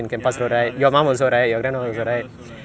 ya ya last time you my grandmother also